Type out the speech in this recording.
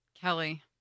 Kelly